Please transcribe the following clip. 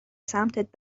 سمتت